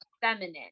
feminine